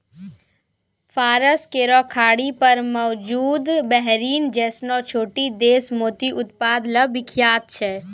फारस केरो खाड़ी पर मौजूद बहरीन जैसनो छोटो देश मोती उत्पादन ल विख्यात छै